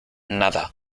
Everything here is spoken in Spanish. nada